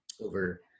over